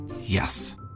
Yes